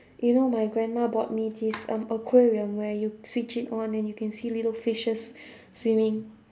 you know my grandma brought me this um aquarium where you switch it on and you can see little fishes swimming